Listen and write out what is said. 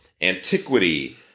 Antiquity